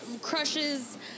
crushes